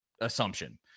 assumption